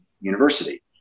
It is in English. university